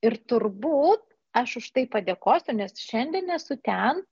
ir turbūt aš už tai padėkosiu nes šiandien esu ten